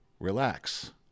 Relax